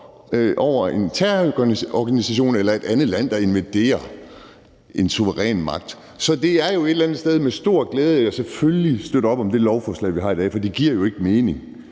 om en terrororganisation eller et andet land, der invaderer en suveræn magt. Så det er et eller andet sted med stor glæde, at jeg selvfølgelig støtter op om det lovforslag, vi behandler i dag, for det giver jo ikke mening,